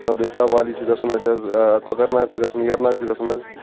Betaab valley چھ گژھن حظ کۅکرناگ چھ گژھن ویریناگ چھ گژھن حظ